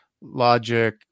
logic